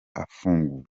afunguye